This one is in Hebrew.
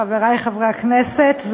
חברי חברי הכנסת,